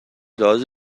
لحاظ